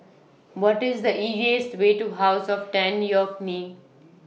What IS The easiest Way to House of Tan Yeok Nee